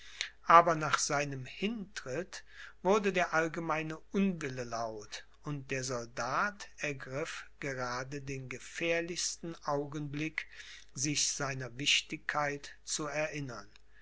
aber nach seinem hintritt wurde der allgemeine unwille laut und der soldat ergriff gerade den gefährlichsten augenblick sich seiner wichtigkeit zu erinnern